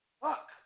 Fuck